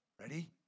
Ready